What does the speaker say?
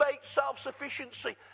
self-sufficiency